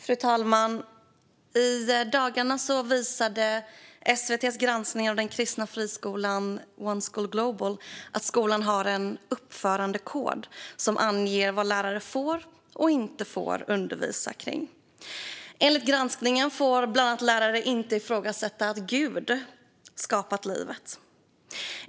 Fru talman! I dagarna visade SVT:s granskning av den kristna friskolan Oneschool Global att skolan har en uppförandekod som anger vad lärare får och inte får undervisa om. Enligt granskningen får lärare bland annat inte ifrågasätta att Gud skapat livet.